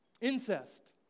Incest